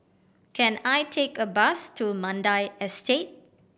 can I take a bus to Mandai Estate